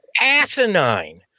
asinine